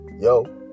yo